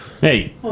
hey